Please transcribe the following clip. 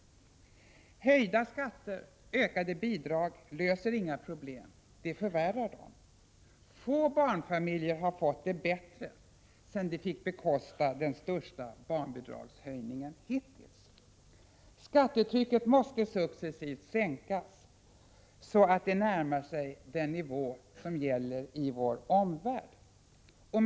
Höjda skatter, ökade bidrag löser inte problemen, de förvärrar dem. Få barnfamiljer har fått det bättre sedan de fick bekosta den största barnbidragshöjningen hittills. Skattetrycket måste successivt sänkas så att det närmar sig den nivå som gäller i vår omvärld.